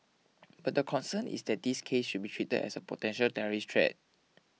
but the concern is that these cases should be treated as a potential terrorist threat